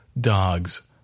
dogs